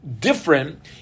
different